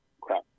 crap